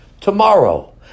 tomorrow